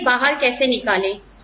हम इन्हें बाहर कैसे निकाले